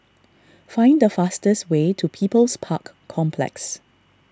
find the fastest way to People's Park Complex